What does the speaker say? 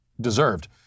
deserved